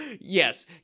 Yes